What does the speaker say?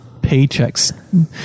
paychecks